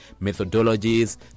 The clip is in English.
methodologies